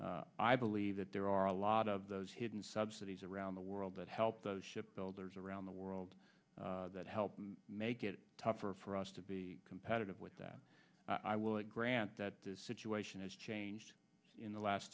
s i believe that there are a lot of those hidden subsidies around the world that help those shipbuilders around the world that help make it tougher for us to be competitive with that i will grant that the situation has changed in the last